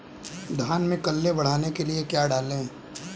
धान में कल्ले बढ़ाने के लिए क्या डालें?